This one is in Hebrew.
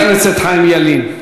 חבר הכנסת חיים ילין.